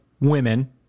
women